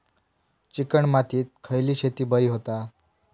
Chicken मातीत खयली शेती बरी होता?